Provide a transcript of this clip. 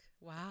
Wow